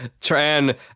Tran